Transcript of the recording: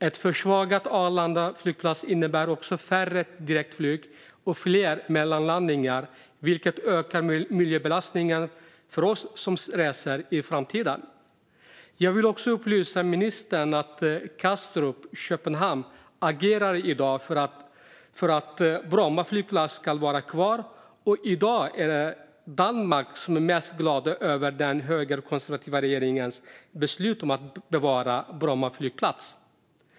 Ett försvagat Arlanda innebär också färre direktflyg och fler mellanlandningar, vilket ökar miljöbelastningen för oss som reser i framtiden. Jag vill också upplysa ministern om att man på Kastrup i Köpenhamn i dag agerar för att Bromma flygplats ska vara kvar. I dag är det Danmark som är mest glad över den högerkonservativa regeringens beslut om att bevara Bromma flygplats.